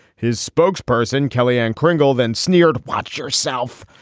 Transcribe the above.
his spokesperson, kelly-anne kringle, then sneered. watch yourself.